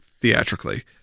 theatrically